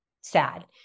sad